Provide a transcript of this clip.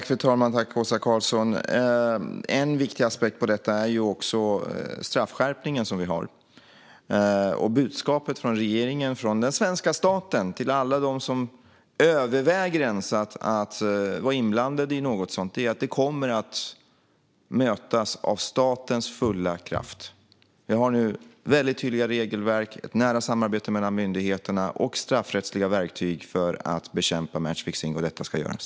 Fru talman! En viktig aspekt i detta är också den straffskärpning som vi har. Budskapet från regeringen och den svenska staten till alla som ens överväger att vara inblandade i något sådant här är att det kommer att mötas av statens fulla kraft. Vi har nu väldigt tydliga regelverk, ett nära samarbete mellan myndigheterna och straffrättsliga verktyg för att bekämpa matchfixning, och detta ska göras.